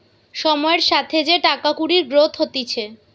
সময়ের সাথে যে টাকা কুড়ির গ্রোথ হতিছে